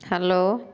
hello